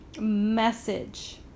message